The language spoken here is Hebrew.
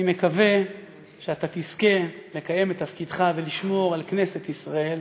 אני מקווה שאתה תזכה לקיים את תפקידך ולשמור על כנסת ישראל,